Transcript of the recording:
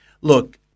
Look